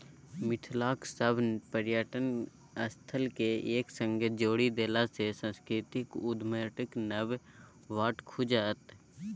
मिथिलाक सभ पर्यटन स्थलकेँ एक संगे जोड़ि देलासँ सांस्कृतिक उद्यमिताक नब बाट खुजत